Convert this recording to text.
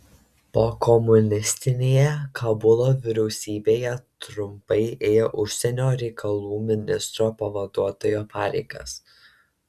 pokomunistinėje kabulo vyriausybėje trumpai ėjo užsienio reikalų ministro pavaduotojo pareigas